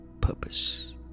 purpose